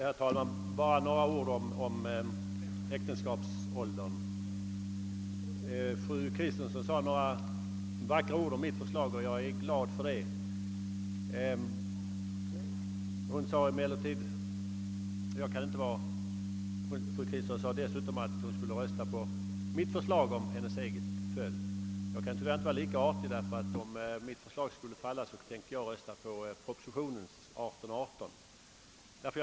Herr talman! Bara några ord om äktenskapsåldern! Fru Kristensson sade några vackra ord om mitt förslag, och jag är glad över det. Dessutom nämnde hon att hon skulle rösta för detta, om hennes eget förslag föll. Jag kan tyvärr inte vara lika artig, ty om mitt förslag skulle falla ämnar jag rösta för propositionens 18—138.